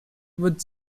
would